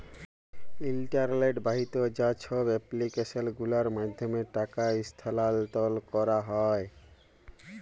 ইলটারলেট বাহিত যা ছব এপ্লিক্যাসল গুলার মাধ্যমে টাকা ইস্থালাল্তর ক্যারা হ্যয়